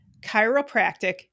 chiropractic